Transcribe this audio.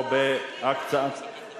מעסיקים גם